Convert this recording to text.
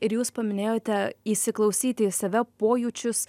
ir jūs paminėjote įsiklausyti į save pojūčius